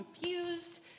confused